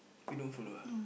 you don't follow ah